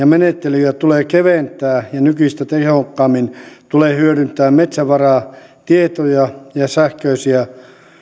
menettelyjä tulee keventää ja nykyistä tehokkaammin tulee hyödyntää metsävaratietoja ja sähköisiä